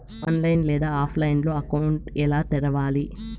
online లేదా ఆఫ్లైన్లో account ఎలా తెరవాలి